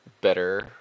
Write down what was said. better